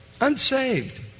Unsaved